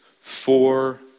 four